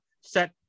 set